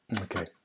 Okay